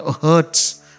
hurts